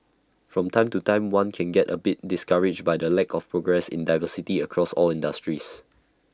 from time to time one can get A bit discouraged by the lack of progress in diversity across all industries